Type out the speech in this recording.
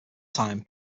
time